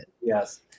yes